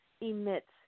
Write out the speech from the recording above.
emits